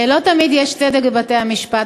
לא תמיד יש צדק בבתי-המשפט,